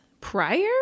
prior